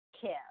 care